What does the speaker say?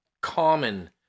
common